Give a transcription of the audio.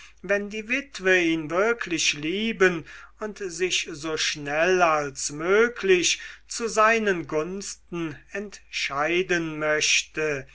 wenn die witwe ihn wirklich lieben und sich so schnell als möglich zu seinen gunsten entscheiden möchte